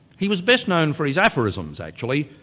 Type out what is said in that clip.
he was best-known for his aphorisms actually,